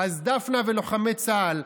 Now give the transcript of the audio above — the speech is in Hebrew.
אז דפנה ולוחמי צה"ל,